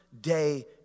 day